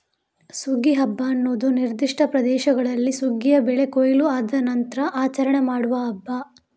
ಸುಗ್ಗಿ ಹಬ್ಬ ಅನ್ನುದು ನಿರ್ದಿಷ್ಟ ಪ್ರದೇಶಗಳಲ್ಲಿ ಸುಗ್ಗಿಯ ಬೆಳೆ ಕೊಯ್ಲು ಆದ ನಂತ್ರ ಆಚರಣೆ ಮಾಡುವ ಹಬ್ಬ